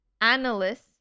analysts